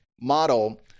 model